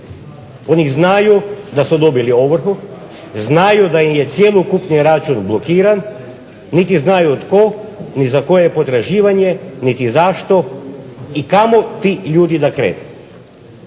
Oni znaju da su dobili ovrhu, znaju da im je cjelokupni račun blokiran, niti znaju tko ni za koje potraživanje niti zašto i kamo ti ljudi da krenu?